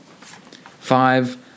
Five